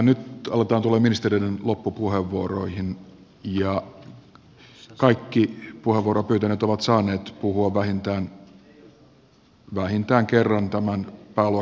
nyt aletaan tulla ministereiden loppupuheenvuoroihin ja kaikki puheenvuoron pyytäneet ovat saaneet puhua vähintään kerran tämän pääluokan yhteydessä